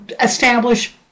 establish